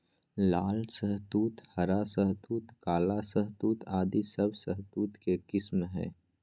लाल शहतूत, हरा शहतूत, काला शहतूत आदि सब शहतूत के किस्म हय